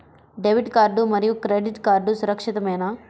Debit card మరియు credit card సురక్షితమేనా?